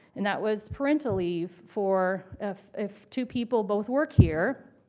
and that was parental leave for if if two people both work here,